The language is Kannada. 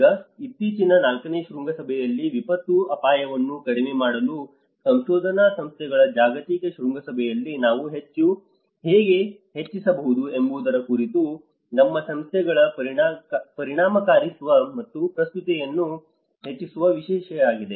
ಈಗ ಇತ್ತೀಚಿನ ನಾಲ್ಕನೇ ಶೃಂಗಸಭೆಯಲ್ಲಿ ವಿಪತ್ತು ಅಪಾಯವನ್ನು ಕಡಿಮೆ ಮಾಡಲು ಸಂಶೋಧನಾ ಸಂಸ್ಥೆಗಳ ಜಾಗತಿಕ ಶೃಂಗಸಭೆಯಲ್ಲಿ ನಾವು ಹೇಗೆ ಹೆಚ್ಚಿಸಬಹುದು ಎಂಬುದರ ಕುರಿತು ನಮ್ಮ ಸಂಸ್ಥೆಗಳ ಪರಿಣಾಮಕಾರಿತ್ವ ಮತ್ತು ಪ್ರಸ್ತುತತೆಯನ್ನು ಹೆಚ್ಚಿಸುವ ವಿಷಯವಾಗಿದೆ